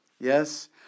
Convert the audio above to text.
Yes